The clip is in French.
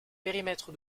périmètre